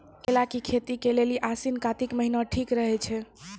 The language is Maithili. केला के खेती के लेली आसिन कातिक महीना ठीक रहै छै